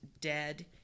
dead